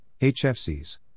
HFCs